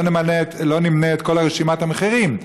לא נמנה את כל רשימת המחירים.